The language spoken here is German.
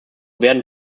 werden